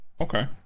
Okay